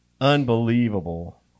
unbelievable